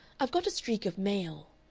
i've got a streak of male.